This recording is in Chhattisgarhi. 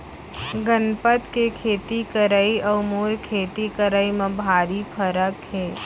गनपत के खेती करई अउ मोर खेती करई म भारी फरक हे